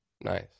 nice